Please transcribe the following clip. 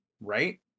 Right